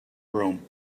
room